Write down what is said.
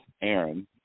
Aaron